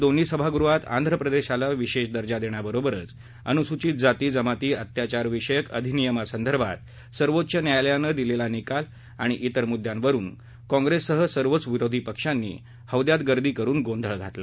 दोन्ही सभागृहात आंध्र प्रदेशला विशेष दर्जा देण्याबरोबरच अनुसूचित जाती जमाती अत्याचारविषयक अधिनियमासंदर्भात सर्वोच्च न्यायालयानं दिलेला निकाल आणि त्रेर मुद्द्यांवरून कॉंग्रेससह सर्वच विरोधी पक्षांनी हौद्यात गर्दी करून गोंधळ घातला